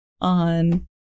on